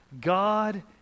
god